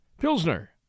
Pilsner